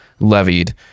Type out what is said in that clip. levied